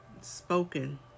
spoken